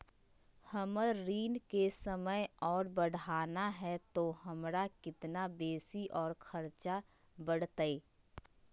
हमर ऋण के समय और बढ़ाना है तो हमरा कितना बेसी और खर्चा बड़तैय?